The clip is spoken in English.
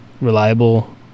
reliable